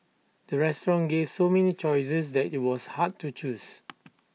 the restaurant gave so many choices that IT was hard to choose